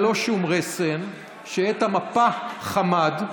ללא שום רסן / שאת המפה חמד /